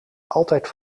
altijd